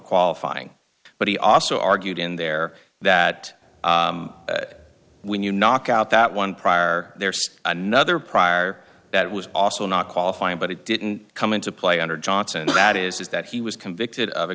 qualifying but he also argued in there that when you knock out that one prior there's another prior that was also not qualifying but it didn't come into play under johnson and that is that he was convicted of a